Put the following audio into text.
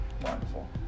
Wonderful